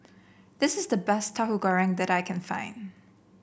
this is the best Tahu Goreng that I can find